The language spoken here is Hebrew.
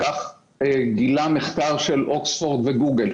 כך גילה מחקר של אוקספורד וגוגל,